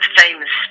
famous